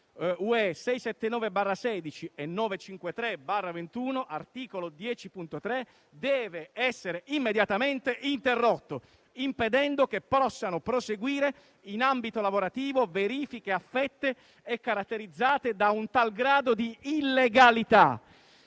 UE 679/16 e 953/21, articolo 10, comma 3, deve essere immediatamente interrotto, impedendo che possano proseguire in ambito lavorativo verifiche affette e caratterizzate da un tal grado di illegalità.